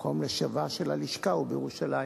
מקום מושבה של הלשכה הוא בירושלים.